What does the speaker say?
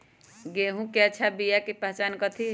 गेंहू के अच्छा बिया के पहचान कथि हई?